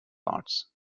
arts